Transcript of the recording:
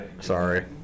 Sorry